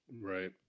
right